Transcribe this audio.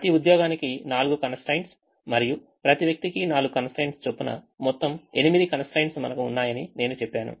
ప్రతి ఉద్యోగానికి నాలుగు constraints మరియు ప్రతి వ్యక్తికి 4 constraints చొప్పున మొత్తం ఎనిమిది constraints మనకు ఉన్నాయని నేను చెప్పాను